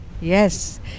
Yes